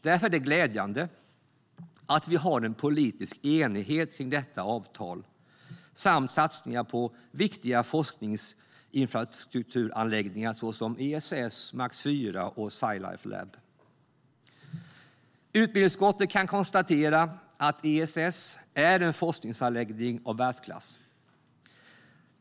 Därför är det glädjande att vi har en politisk enighet kring detta avtal samt satsningar på viktiga forskningsinfrastrukturanläggningar, såsom ESS, MAX IV och Sci Life Lab. Utbildningsutskottet kan konstatera att ESS är en forskningsanläggning av världsklass.